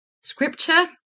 scripture